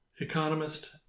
economist